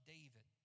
David